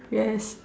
yes